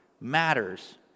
matters